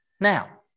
Now